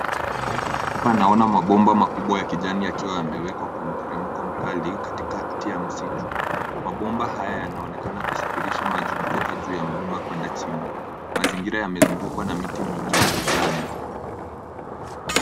Hapa naona mabomba makubwa ya kijani yakiwa yamewekwa kwa mteremko mkali katikati ya msitu. Mabomba haya yanaonekana kusafirisha maji kutoka juu ya mlima kwenda chini. Mazingira yamezungukwa na miti mingi ya kijani.